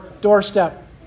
doorstep